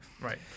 Right